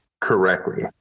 correctly